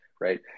right